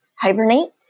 Hibernate